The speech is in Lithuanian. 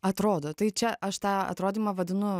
atrodo tai čia aš tą atrodymą vadinu